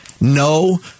No